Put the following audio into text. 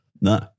No